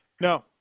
no